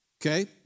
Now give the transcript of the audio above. Okay